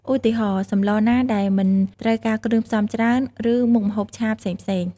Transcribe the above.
ឧទាហរណ៍ សម្លរណាដែលមិនត្រូវការគ្រឿងផ្សំច្រើន ឬមុខម្ហូបឆាផ្សេងៗ ។